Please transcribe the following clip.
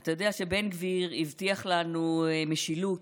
אתה יודע שבן גביר הבטיח לנו משילות,